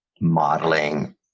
modeling